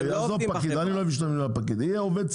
אז יהיה עובד ציבור זו תהיה עבודתו